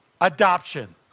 Adoption